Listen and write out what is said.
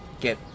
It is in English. get